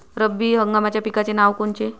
रब्बी हंगामाच्या पिकाचे नावं कोनचे?